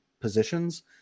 positions